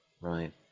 right